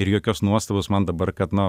ir jokios nuostabos man dabar kad na